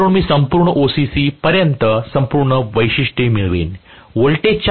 जेणेकरुन मी संपूर्ण OCC पर्यंत संपूर्ण वैशिष्ट्य मिळवेन